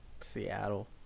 Seattle